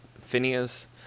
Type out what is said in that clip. phineas